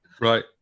Right